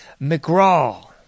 McGraw